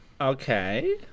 Okay